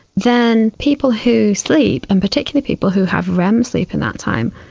then people who sleep and particularly people who have rem sleep in that time,